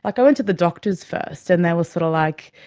like i went to the doctors first and they were, sort of like,